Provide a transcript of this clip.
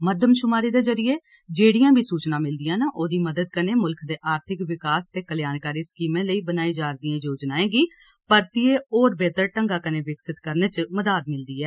मरदमशुमारी दे जरिये जेड़ियां बी सूचना मिलदियां न ओहदी मदद कन्नै मुल्ख दे आर्थिक विकास ते कल्याणकारी स्कीमें लेई बनाई जा रदियें योजनाएं गी परतियै होर बेहतर ढंगां कन्नै विकसत करने च मदाद मिलदी ऐ